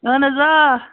اہن حَظ آ